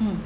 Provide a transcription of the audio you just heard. hmm